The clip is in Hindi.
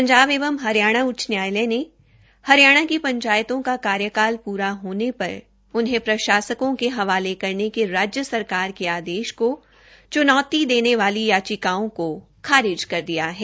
पंजाब एवं हरियाणा उच्च न्यायालय ने हरियाणा की पंचायतों का कार्यकाल पूरा होने पर उन्हें प्रशासकों के हवाले करने के राज्य सरकार के आदेश को चुनौती देने वाली याचिकाओं को खारिज कर दिया है